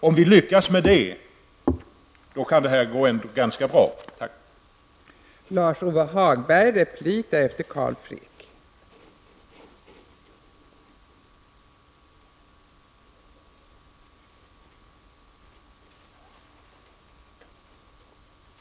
Om vi lyckas med detta, kan det gå ganska bra för Sverige.